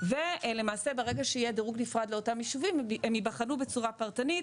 ולמעשה ברגע שיהיה דירוג נפרד לאותם ישובים הם ייבחנו בצורה פרטנית